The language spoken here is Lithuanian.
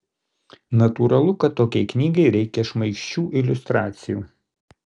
natūralu kad tokiai knygai reikia šmaikščių iliustracijų